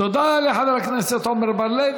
תודה לחבר הכנסת עמר בר-לב.